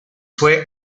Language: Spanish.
fue